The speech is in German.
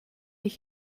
ich